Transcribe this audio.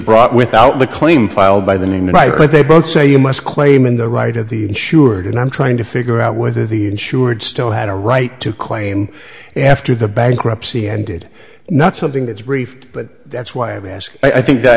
brought without the claim filed by the new right but they both say you must claim in the right of the insured and i'm trying to figure out whether the insured still had a right to claim after the bankruptcy ended not something that's brief but that's why i'm asking i think that